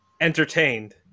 entertained